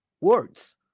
words